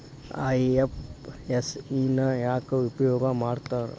IFSC ನ ಯಾಕ್ ಉಪಯೊಗ್ ಮಾಡಾಕತ್ತಾರ?